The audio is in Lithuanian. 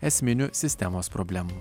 esminių sistemos problemų